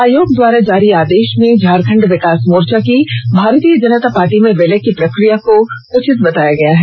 आयोग द्वारा जारी आदेश में झारखंड विकास मोर्चा की भारतीय जनता पार्टी में विलय की प्रक्रिया को उचित बताया गया है